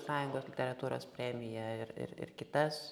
sąjungos literatūros premiją ir ir ir kitas